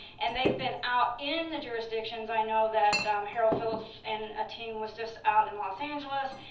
and they've been out in the jurisdictions, i know that harold phillips and a team was just out in los angeles,